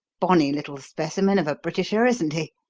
bonny little specimen of a britisher, isn't he?